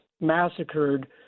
massacred